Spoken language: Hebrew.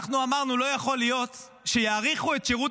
אנחנו אמרנו: לא יכול להיות שיאריכו את שירות